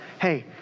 hey